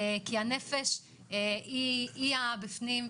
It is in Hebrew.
כי הנפש היא בפנים,